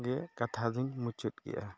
ᱜᱮ ᱠᱟᱛᱷᱟᱫᱚᱧ ᱢᱩᱪᱟᱹᱫ ᱠᱮᱫᱼᱟ